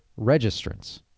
registrants